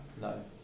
No